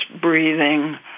breathing